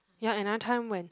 ya another time when